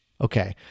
Okay